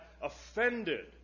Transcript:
offended